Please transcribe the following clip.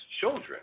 children